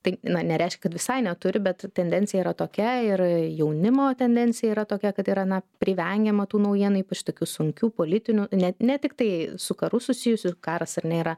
tai na nereiškia kad visai neturi bet tendencija yra tokia ir jaunimo tendencija yra tokia kad yra na privengiama tų naujienų ypač tokių sunkių politinių ne tiktai su karu susijusių karas ar ne yra